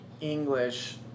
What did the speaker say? English